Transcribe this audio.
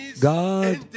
God